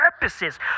purposes